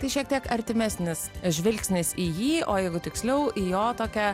tai šiek tiek artimesnis žvilgsnis į jį o jeigu tiksliau į jo tokią